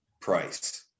price